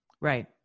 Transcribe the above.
Right